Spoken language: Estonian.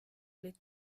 olid